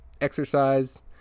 exercise